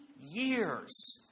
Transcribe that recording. years